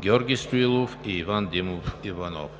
Георги Стоилов и Иван Димов Иванов;